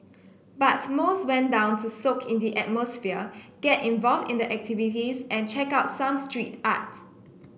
but most went down to soak in the atmosphere get involved in the activities and check out some street art